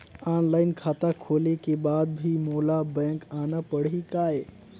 Online खाता खोले के बाद भी मोला बैंक आना पड़ही काय?